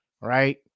right